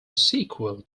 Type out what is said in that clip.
sequel